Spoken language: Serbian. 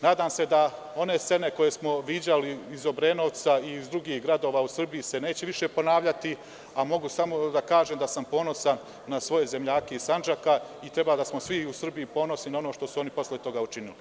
Nadam se da one scene koje smo viđali iz Obrenovca i iz drugih gradova u Srbiji se više neće ponavljati, a mogu samo da kažem da sam ponosan na svoje zemljake iz Sandžaka i treba svi u Srbiji da smo ponosni na ono što su oni posle toga učinili.